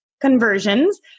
conversions